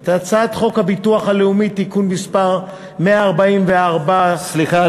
את הצעת חוק הביטוח הלאומי (תיקון מס' 144). סליחה,